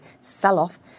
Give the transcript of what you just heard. sell-off